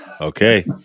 okay